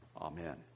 Amen